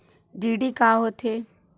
DD का होथे?